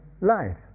life